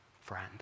friend